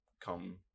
come